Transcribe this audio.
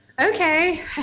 Okay